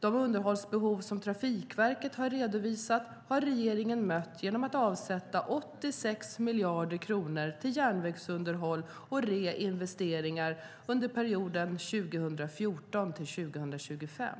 De underhållsbehov som Trafikverket har redovisat har regeringen mött genom att avsätta 86 miljarder kronor till järnvägsunderhåll och reinvesteringar under perioden 2014-2025.